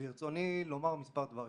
ברצוני לומר מספר דברים.